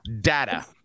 Data